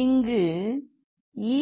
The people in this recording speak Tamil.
இங்கு e லிருந்து f வரையுள்ளது